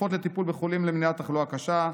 תרופות לטיפול בחולים למניעת תחלואה קשה.